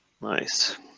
Nice